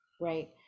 right